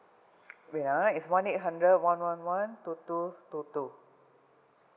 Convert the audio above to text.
wait ah it's one eight hundred one one one two two two two